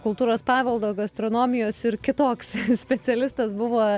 kultūros paveldo gastronomijos ir kitoks specialistas buvo